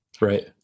Right